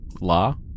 Law